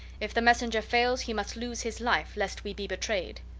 if the messenger fails he must lose his life, lest we be betrayed.